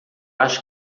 acho